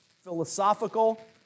philosophical